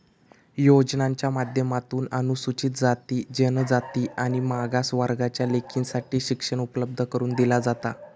योजनांच्या माध्यमातून अनुसूचित जाती, जनजाति आणि मागास वर्गाच्या लेकींसाठी शिक्षण उपलब्ध करून दिला जाता